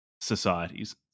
societies